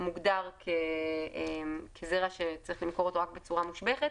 מוגדרת כזרע שצריך למכור אותו רק בצורה מושבחת.